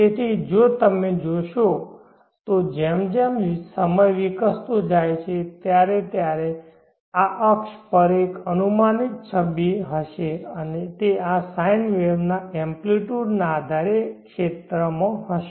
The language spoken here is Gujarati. તેથી જો તમે તે જોશો તો જેમ જેમ સમય વિકસતો જાય છે ત્યારે આ અક્ષ પર એક અનુમાનિત છબી હશે અને તે આ sine વેવના એમ્પ્લીટયુડના આધારે આ ક્ષેત્રમાં હશે